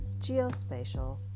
geospatial